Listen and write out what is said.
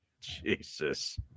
Jesus